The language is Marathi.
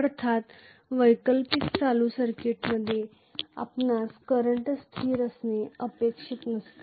अर्थात वैकल्पिक चालू सर्किटमध्ये आपणास करंट स्थिर असणे अपेक्षित नसते